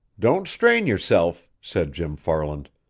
don't strain yourself, said jim farland.